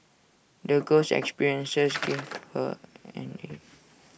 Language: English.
the girl's experiences gave her